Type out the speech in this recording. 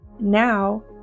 Now